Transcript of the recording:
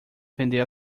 vender